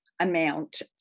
amount